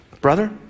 Brother